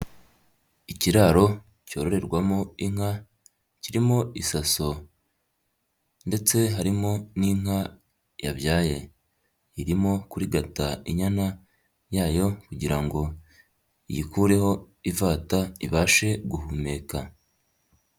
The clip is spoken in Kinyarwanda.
Ikiraro cyororerwamo inka kirimo isaso ndetse harimo n'inka yabyaye, irimo kurigata inyana yayo kugira ngo iyikureho ivata ibashe guhumeka.